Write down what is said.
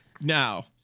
Now